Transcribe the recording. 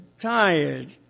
tired